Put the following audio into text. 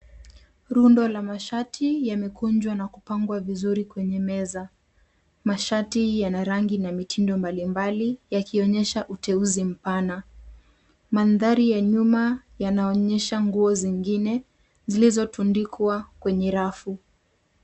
Rundo la mashati yamekunjwa na kupangwa vizuri kwenye meza. Mashati yana rangi na mitindo mbalimbali yakionyesha uteuzi mpana. Mandhari ya nyuma yanaonyesha nguo zingine zilizotundikwa kwenye rafu.